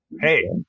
Hey